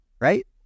right